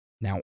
Now